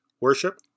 worship